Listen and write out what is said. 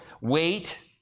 wait